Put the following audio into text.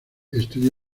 estudió